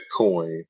Bitcoin